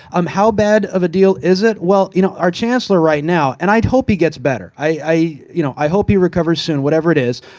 um how bad of a deal is it? you know our chancellor right now, and i hope he gets better. i you know i hope he recovers soon, whatever it is,